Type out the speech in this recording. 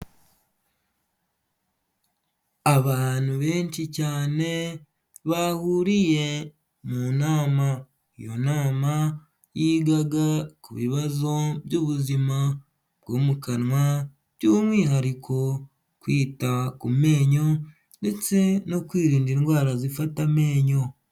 Abantu benshi cyane bahuriye mu nama, iyo nama yigaga ku bibazo by'ubuzima bwo mu kanwa, by'umwihariko kwita ku menyo ndetse no kwirinda indwara zifata amenyo.